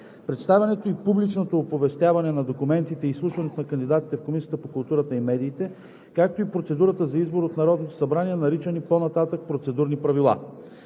представянето и публичното оповестяване на документите и изслушването на кандидатите в Комисията по културата и медиите, както и процедурата за избор от Народното събрание, наричани по-нататък Процедурни правила.